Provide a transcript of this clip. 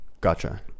Gotcha